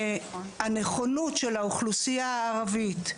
הנכונות של האוכלוסייה הערבית,